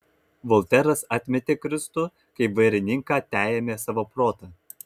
volteras atmetė kristų kaip vairininką teėmė savo protą